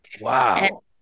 Wow